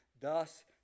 Thus